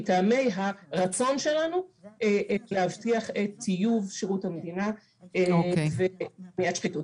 מטעמי הרצון שלנו להבטיח את טיוב שירות המדינה ומניעת שחיתות.